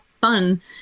fun